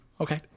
Okay